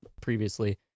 previously